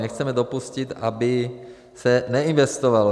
Nechceme dopustit, aby se neinvestovalo.